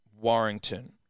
Warrington